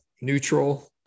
neutral